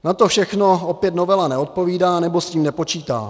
Na to všechno opět novela neodpovídá nebo s tím nepočítá.